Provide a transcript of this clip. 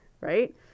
Right